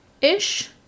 ish